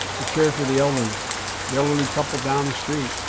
to care for the elderly the elderly couple down the street